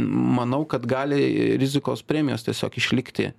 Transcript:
manau kad gali rizikos premijos tiesiog išlikti